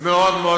מאוד מאוד,